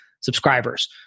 subscribers